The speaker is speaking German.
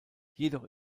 jedoch